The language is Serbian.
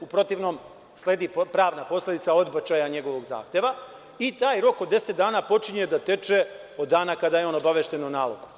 U protivnom, sledi pravna posledica odbačaja njegovog zahteva i taj rok od 10 dana počinje da teče od dana kada je on obavešten o nalogu.